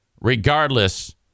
Regardless